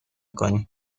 کنیم